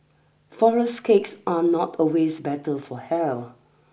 flourless cakes are not always better for hell